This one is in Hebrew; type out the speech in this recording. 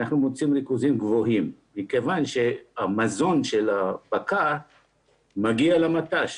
אנחנו מוצאים ריכוזים גבוהים מכיוון שהמזון של הבקר מגיע למט"ש.